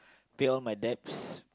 pay off my debts